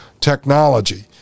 technology